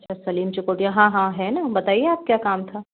अच्छा सलीम हाँ हाँ है ना बताइए आप क्या काम था